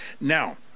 now